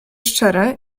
szczere